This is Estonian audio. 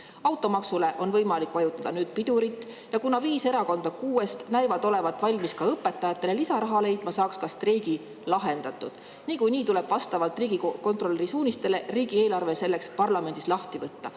Automaksule on võimalik vajutada nüüd pidurit ja kuna viis erakonda kuuest näivad olevat valmis õpetajatele lisaraha leidma, saaks ka streigi lahendatud. Niikuinii tuleb vastavalt riigikontrolöri suunistele riigieelarve selleks parlamendis lahti võtta. Aga